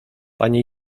panie